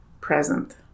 present